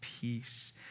peace